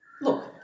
look